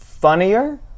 funnier